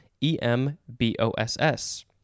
E-M-B-O-S-S